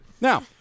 Now